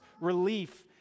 relief